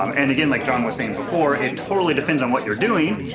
um and again, like john was saying before, it totally depends on what you're doing.